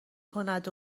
کند